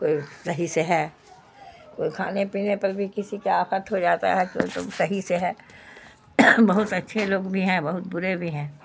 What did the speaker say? کوئی صحیح سے ہے کوئی کھانے پینے پر بھی کسی کا آفت ہو جاتا ہے تو او تو صحیح سے ہے بہت اچھے لوگ بھی ہیں بہت برے بھی ہیں